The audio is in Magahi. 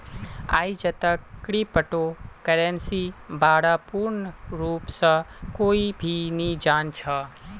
आईजतक क्रिप्टो करन्सीर बा र पूर्ण रूप स कोई भी नी जान छ